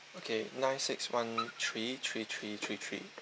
okay nine six one three three three three three